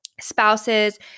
spouses